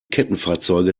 kettenfahrzeuge